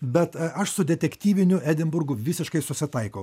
bet aš su detektyviniu edinburgu visiškai susitaikau